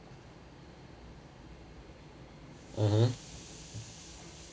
mmhmm